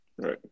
Right